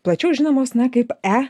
plačiau žinomos na kaip e